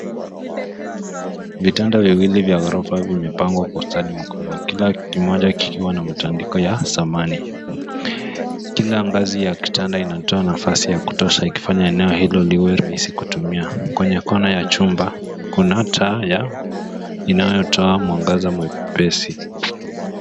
Vitanda viwili vya ghorofa vimepangwa kwa ustadi mkubwa kila kimoja kikiwa na mitandiko ya samani. Kila ngazi ya kitanda inatoa nafasi ya kutosha ikifanya eneo hilo liwe rahisi kutumia. Kwenye kona ya chumba kuna taa yao inayotoa mwangaza mepesi.